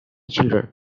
children